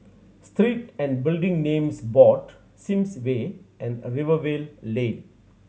Street and Building Names Board Sims Way and Rivervale Lane